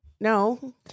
No